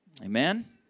Amen